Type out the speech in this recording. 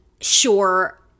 sure